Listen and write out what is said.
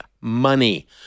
money